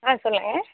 ஆ சொல்லுங்கள்